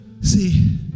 See